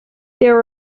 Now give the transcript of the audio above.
there